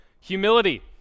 humility